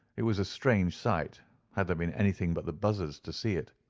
it was a strange sight had there been anything but the buzzards to see it.